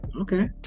okay